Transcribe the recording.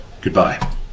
Goodbye